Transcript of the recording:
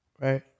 Right